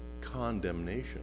condemnation